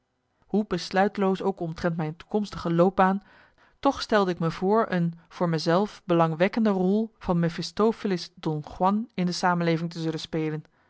hoe besluiteloos ook omtrent mijn toekomstige loopbaan toch stelde ik me voor een voor me zelf belangwekkende rol van mefistofelisch don juan in de samenleving te zullen spelen